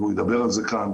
והוא ידבר על זה כאן.